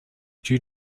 due